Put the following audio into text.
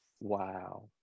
Wow